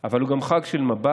אבל הוא גם חג של מבט,